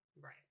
right